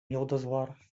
йолдызлар